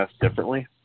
differently